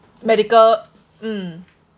medical mm